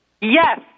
Yes